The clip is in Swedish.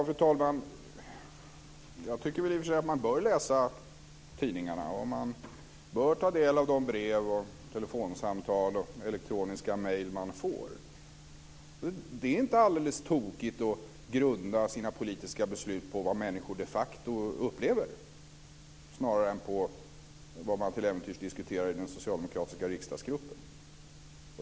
Fru talman! Jag tycker i och för sig att man bör läsa tidningarna och att man bör ta del av de brev, telefonsamtal och elektroniska mejl som man får. Det är inte alldeles tokigt att grunda sina politiska beslut på vad människor de facto upplever snarare än på vad man till äventyrs diskuterar i den socialdemokratiska riksdagsgruppen.